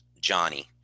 Johnny